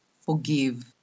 forgive